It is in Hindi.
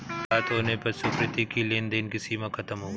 रात होने पर सुकृति की लेन देन की सीमा खत्म हो गई